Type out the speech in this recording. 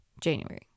January